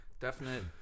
Definite